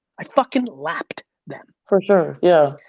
i fuckin' lapped them. for sure, yeah.